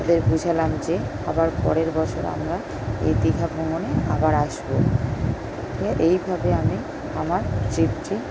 তাদের বোঝালাম যে আবার পরের বছর আমরা এই দীঘা ভ্রমণে আবার আসব হ্যাঁ এইভাবে আমি আমার ট্রিপটি